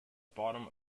bottom